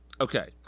Okay